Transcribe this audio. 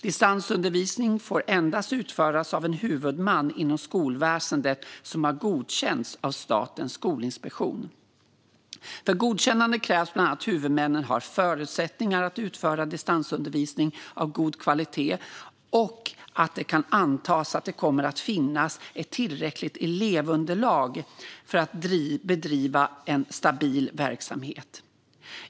Distansundervisning får endast utföras av en huvudman inom skolväsendet som har godkänts av Statens skolinspektion. För godkännande krävs bland annat att huvudmannen har förutsättningar att utföra distansundervisning av god kvalitet och att det kan antas att det kommer att finnas ett tillräckligt elevunderlag för att bedriva en stabil verksamhet.